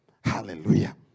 Hallelujah